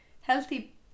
healthy